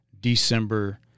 December